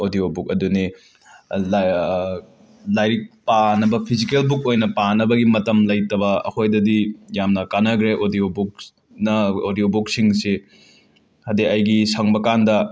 audio book ꯑꯗꯨꯅꯦ ꯂꯥꯏ ꯂꯥꯏꯔꯤꯛ ꯄꯥꯅꯕ ꯐꯤꯖꯤꯀꯦꯜ ꯕꯨꯛ ꯑꯣꯏꯅ ꯄꯥꯅꯕꯒꯤ ꯃꯇꯝ ꯂꯩꯇꯕ ꯑꯩꯈꯣꯏꯗꯗꯤ ꯌꯥꯝꯅ ꯀꯥꯟꯅꯈ꯭ꯔꯦ ꯑꯣꯗꯤꯌꯣ ꯕꯨꯛꯅ ꯑꯣꯗꯤꯌꯣ ꯕꯨꯛꯁꯁꯤꯡꯁꯤ ꯍꯥꯏꯗꯤ ꯑꯩꯒꯤ ꯁꯪꯕꯀꯥꯟꯗ